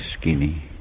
skinny